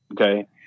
okay